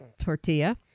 tortilla